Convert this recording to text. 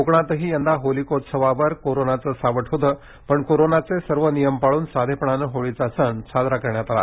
कोकणातही यंदा होलिकोत्सवावर कोरोनाचं सावट होतं पण कोरोनाचे सर्व नियम पळून साधेपणाने होळीचा सण साजरा करण्यात आला